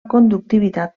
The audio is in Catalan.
conductivitat